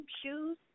shoes